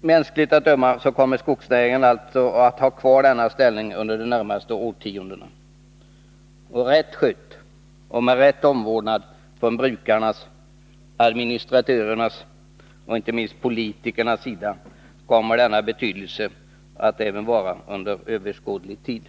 Mänskligt att döma kommer 125 skogsnäringen att ha kvar denna ställning under de närmaste årtiondena. Rätt skött och med rätt omvårdnad från brukarnas, administratörernas och inte minst politikernas sida kommer skogsnäringen att ha denna betydelse även under överskådlig tid.